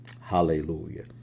Hallelujah